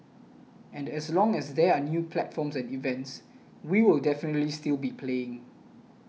and as long as there are new platforms and events we will definitely still be playing